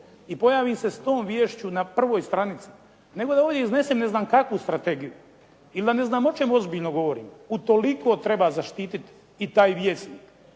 i pojavim se s tom viješću na prvoj stranici, nego da ovdje iznesem ne znam kakvu strategiju ili da ne znam o čemu ozbiljno govorim. Utoliko treba zaštiti i taj Vjesnik